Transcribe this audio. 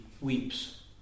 weeps